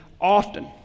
often